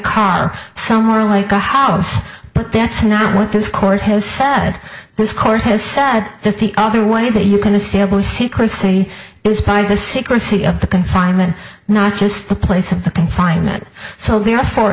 car somewhere like a house but that's not what this court has said this court has said that the other way that you can disable secrecy is by the secrecy of the confinement not just the place of the confinement so therefore